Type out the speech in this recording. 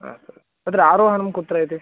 अस्तु तत्र आरोहणं कुत्र इति